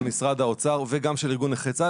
של משרד האוצר וגם של ארגון נכי צה"ל